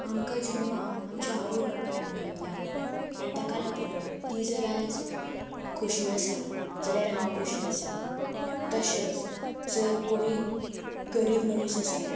आमकां जल्माक आमच्या आवय बापायन घातलां आनी ताका लागून तीं जर आयज खोशी आसा जाल्यार हांव खोशी आसां तशेंच जर कोणूय गरीब मनीस आसा